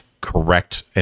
correct